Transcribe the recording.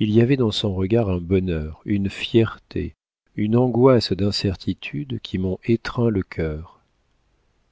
il y avait dans son regard un bonheur une fierté une angoisse d'incertitude qui m'ont étreint le cœur